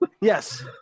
Yes